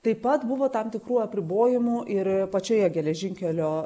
taip pat buvo tam tikrų apribojimų ir pačioje geležinkelio